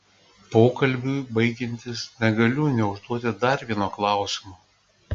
pokalbiui baigiantis negaliu neužduoti dar vieno klausimo